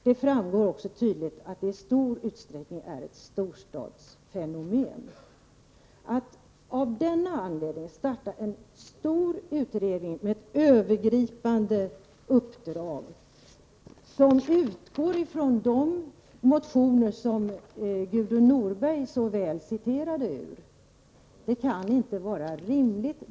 Det framgår också tydligt att konkurser i stor utsträckning är ett storstadsfenomen. Att av denna anledning starta en stor utredning med ett övergripande uppdrag som utgår från de motioner som Gudrun Norberg citerade kan inte vara rimligt.